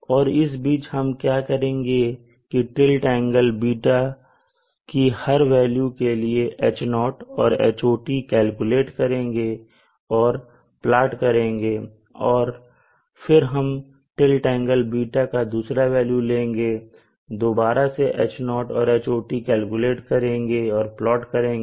और इस बीच हम क्या करेंगे कि टिल्ट एंगल ß की हर वेल्यू के लिए H0और Hot कैलकुलेट करेंगे और प्लाट करेंग और फिर हम टिल्ट एंगल ß का दूसरा वेल्यू लेंगे और दोबारा से H0और Hot कैलकुलेट करेंगे और प्लाट करेंगे